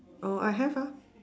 oh I have ah